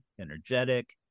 energetic